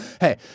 Hey